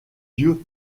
dieu